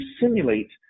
simulate